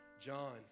John